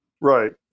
Right